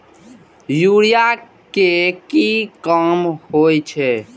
Urea के की काम होई छै?